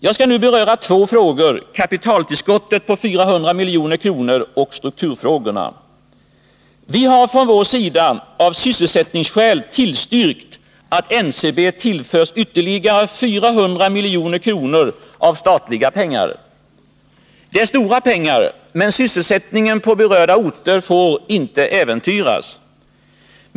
Jag skall nu beröra två frågor: kapitaltillskottet på 400 milj.kr. och strukturfrågorna. Vi har från vår sida tillstyrkt att NCB av sysselsättningsskäl tillförs ytterligare 400 milj.kr. av statliga medel. Det är stora pengar, men sysselsättningen på berörda orter får inte äventyras.